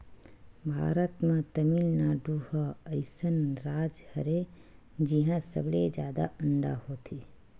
भारत म तमिलनाडु ह अइसन राज हरय जिंहा सबले जादा अंडा होथे